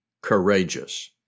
Courageous